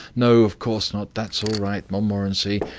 no, of course not. that's all right, montmorency.